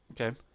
Okay